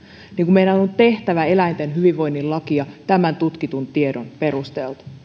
niin meidän on on tehtävä eläinten hyvinvoinnin lakia tämän tutkitun tiedon